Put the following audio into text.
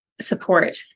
support